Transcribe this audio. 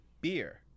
beer